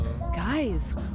Guys